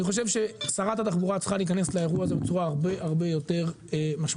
שרת התחבורה צריכה להיכנס לאירוע הזה בצורה הרבה יותר משמעותית.